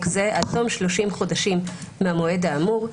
זה עד תום 30 חודשים מהמועד האמור,